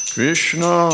Krishna